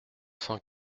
cent